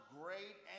great